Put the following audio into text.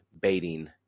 baiting